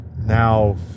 now